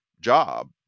job